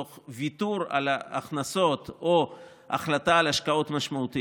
תוך ויתור על הכנסות או החלטה על השקעות משמעותיות.